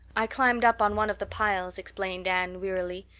i climbed up on one of the piles, explained anne wearily,